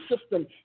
system